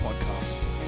Podcast